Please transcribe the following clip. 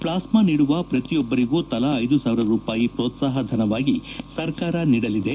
plasma ನೀಡುವ ಪ್ರತಿಯೊಬ್ಬರಿಗೂ ತಲಾ ಐದು ಸಾವಿರ ರೂಪಾಯಿಗಳನ್ನು ಪ್ರೋತ್ಸಾಪ ಧನವಾಗಿ ಸರಕಾರ ನೀಡಲಿದೆ